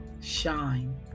shine